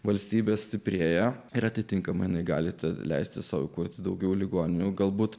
valstybės stiprėja ir atitinkamai galite leisti sau kurti daugiau ligonių galbūt